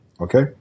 Okay